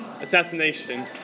Assassination